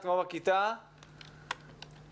כבר כתבתי שאנחנו לא גורם מממן,